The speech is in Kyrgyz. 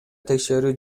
текшерүү